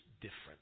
different